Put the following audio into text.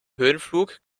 höhenflug